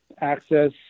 access